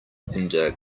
hinder